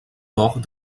port